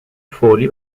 فوری